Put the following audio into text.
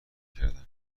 کردن